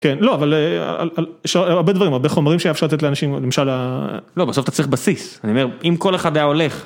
כן, לא אבל, על... יש הרבה דברים, הרבה חומרים שהיה אפשר לתת לאנשים. למשל ה... לא בסוף אתה צריך בסיס, אני אומר, אם כל אחד היה הולך.